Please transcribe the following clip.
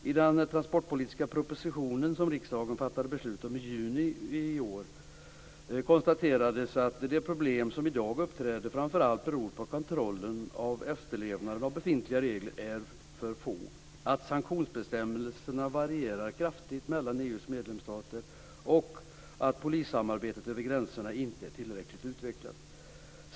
I den transportpolitiska propositionen - som riksdagen fattade beslut om i juni i år - konstateras att de problem som i dag uppträder framför allt beror på att kontrollerna av efterlevnaden av befintliga regler är för få, att sanktionsbestämmelserna varierar kraftigt mellan EU:s medlemsstater och att polissamarbetet över gränserna inte är tillräckligt utvecklat.